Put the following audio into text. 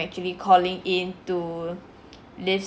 actually calling in to list